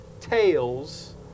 tails